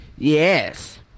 Yes